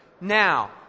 now